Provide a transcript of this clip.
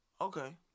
Okay